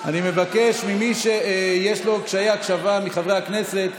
אני מבקש ממי שיש לו קשיי הקשבה מחברי הכנסת